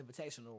Invitational